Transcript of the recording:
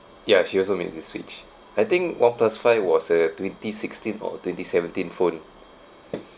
ya she also made the switch I think oneplus five was a twenty sixteen or twenty seventeen phone